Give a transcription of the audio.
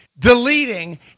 deleting